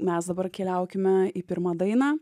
mes dabar keliaukime į pirmą dainą